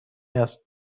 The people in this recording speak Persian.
است